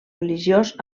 religiós